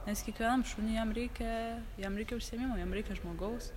nes kiekvienam šuniui jam reikia jam reikia užsiėmimo jam reikia žmogaus